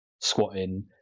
squatting